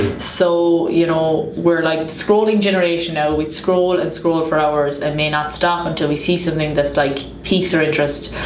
so you know we're the like scrolling generation now. we scroll and scroll for hours and may not stop until we see something that like piques our interest.